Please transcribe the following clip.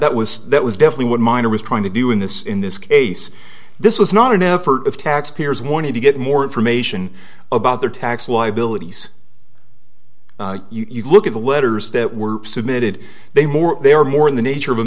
that was that was deathly what minor was trying to do in this in this case this was not an effort of taxpayers want to get more information about their tax liabilities you look at the letters that were submitted they more they are more in the nature of